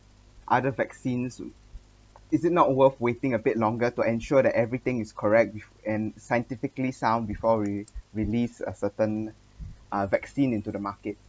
other vaccines is it not worth waiting a bit longer to ensure that everything is correct and scientifically sound before re~ release a certain uh vaccine into the market